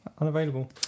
unavailable